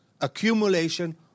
accumulation